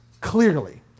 clearly